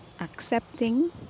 accepting